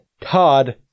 Todd